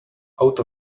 out